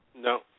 no